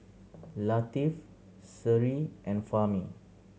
Latif Seri and Fahmi